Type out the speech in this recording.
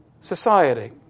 society